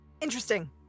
Interesting